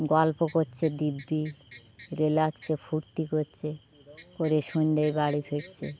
গল্প করছে দিব্বি রিল্যাক্সে ফুর্তি করছে করে সন্ধ্যেয়ে বাড়ি ফিরছে